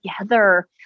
together